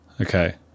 okay